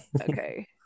okay